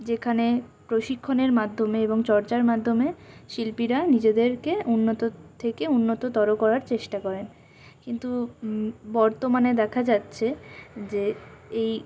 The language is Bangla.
যেখানে প্রশিক্ষণের মাধ্যমে এবং চর্চার মাধ্যমে শিল্পীরা নিজেদেরকে উন্নত থেকে উন্নততর করার চেষ্টা করে কিন্তু বর্তমানে দেখা যাচ্ছে যে এই